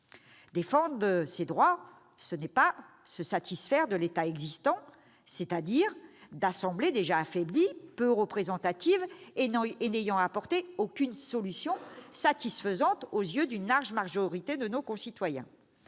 Défendre ses droits, ce n'est pas se satisfaire de l'État existant, c'est-à-dire d'assemblées déjà affaiblies, peu représentatives et n'ayant apporté aucune solution satisfaisante aux yeux d'une large majorité de nos concitoyens.